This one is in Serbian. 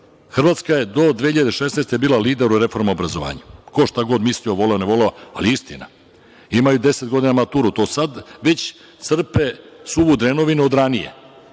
Hrvatska je do 2016. godine bila lider u reformama obrazovanja. Ko šta god mislio, voleo ili ne voleo, ali istina je. Imaju deset godina maturu, to sad već crpe suvu drenovinu od ranije.